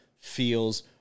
feels